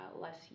less